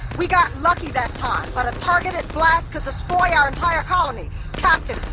we got lucky that time, but a targeted blast could destroy our entire colony captain,